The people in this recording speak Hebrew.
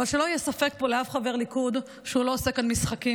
אבל שלא יהיה ספק פה לאף חבר ליכוד שהוא לא עושה כאן משחקים.